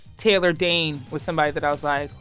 taylor dayne was somebody that i was like,